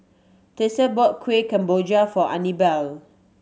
Tessa bought Kuih Kemboja for Anibal